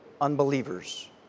unbelievers